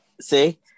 See